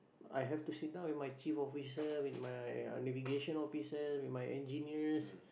I have to sit down with my chief officer with my uh navigation officers with my engineers